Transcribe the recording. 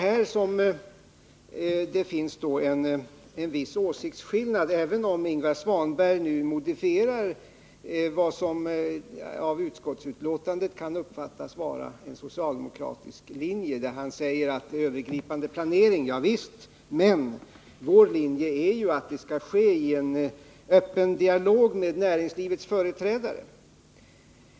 Här råder det en viss åsiktsskillnad, även om Ingvar Svanberg nu modifierar vad som av utskottsbetänkandet att döma kan uppfattas vara en socialdemokratisk linje. Visst skall det vara övergripande planering, säger han, men vår linje är att det skall ske i en öppen dialog med näringslivets företrädare.